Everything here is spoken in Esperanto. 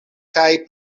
kaj